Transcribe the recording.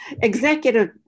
executive